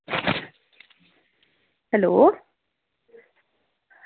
hello